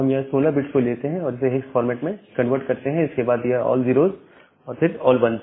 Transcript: तो हम यह 16 बिट्स को लेते हैं तथा इसे हेक्स फॉर्मेट में कन्वर्ट करते हैं इसके बाद यह ऑल 0s और फिर ऑल 1s